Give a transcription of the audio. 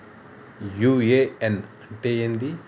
UAN అంటే ఏంది?